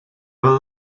were